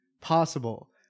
possible